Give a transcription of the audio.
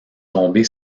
tombée